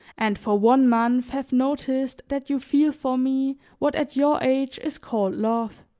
and for one month have noticed that you feel for me what at your age is called love.